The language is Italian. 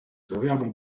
troviamo